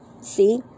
see